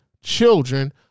children